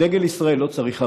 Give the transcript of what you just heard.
דגל ישראל לא צריך הרתעה.